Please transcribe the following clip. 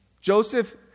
Joseph